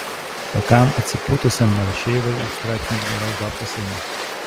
tokiam atsipūtusiam rašeivai už straipsnius geros babkės eina